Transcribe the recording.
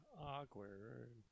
Awkward